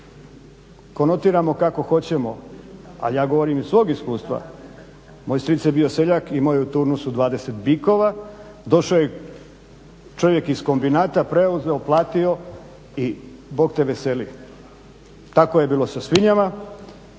konotiramo kako hoćemo ali ja govorim iz svog iskustva, moj stric je bio seljak i imao je u turnusu 20 bikova, došao je čovjek iz kombinata preuzeo, platio i Bog te veseli, tako je bilo sa svinjama,